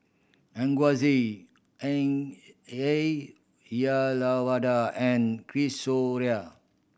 Aurangzeb Ayyalawada and